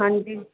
ਹਾਂਜੀ